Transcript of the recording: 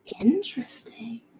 Interesting